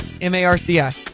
M-A-R-C-I